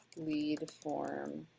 lead form